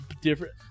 different